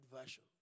version